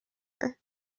year